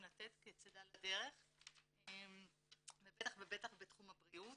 לתת כצידה לדרך ובטח ובטח בתחום הבריאות.